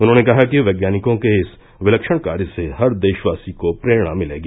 उन्होंने कहा कि वैज्ञानिकों के इस विलक्षण कार्य से हर देशवासी को प्रेरणा मिलेगी